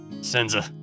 Senza